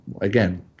again